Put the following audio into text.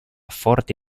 forte